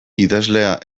idazlea